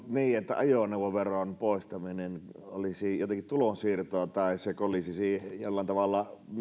ajoneuvoveron poistaminen olisi jotenkin tulonsiirtoa tai se kolisisi jollain tavalla